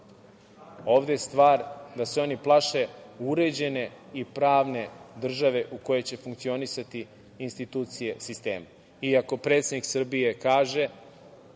ovde je stvar da se oni plaše uređene i pravne države u kojoj će funkcionisati institucije sistema. Ako predsednik Srbije kaže